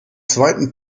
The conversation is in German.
zweiten